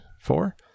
Four